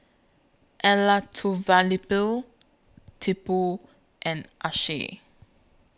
Elattuvalapil Tipu and Akshay